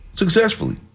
Successfully